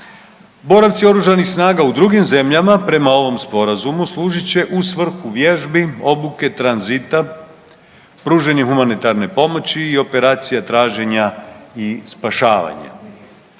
Boravci OS-a u drugim zemljama prema ovom Sporazumu, služit će u svrhu vježbi, obuke, tranzita, pružanje humanitarne pomoći i operacija traženja i spašavanja.